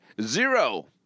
Zero